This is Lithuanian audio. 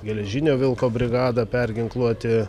geležinio vilko brigadą perginkluoti